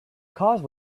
cause